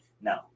No